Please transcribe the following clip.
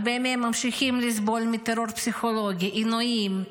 הרבה מהם ממשיכים לסבול מטרור פסיכולוגי, עינויים,